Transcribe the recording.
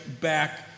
back